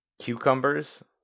cucumbers